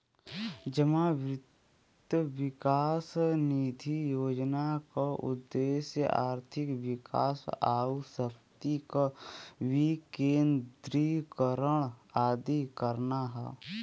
जमा वित्त विकास निधि योजना क उद्देश्य आर्थिक विकास आउर शक्ति क विकेन्द्रीकरण आदि करना हौ